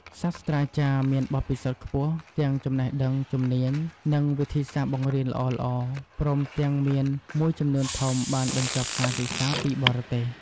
សាស្ត្រាចារ្យមានបទពិសោធន៍ខ្ពស់ ទាំងចំណេះដឹងជំនាញ និងវិធីសាស្ត្របង្រៀនល្អៗ ព្រមទាំងមានមួយចំនួនធំបានបញ្ចប់ការសិក្សាពីបរទេស។